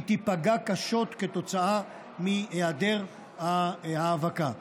היא תיפגע קשות כתוצאה מהיעדר האבקה.